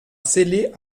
scellé